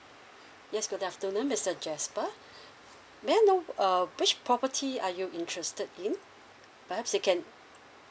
yes good afternoon mister jasper may I know uh which property are you interested in perhaps you can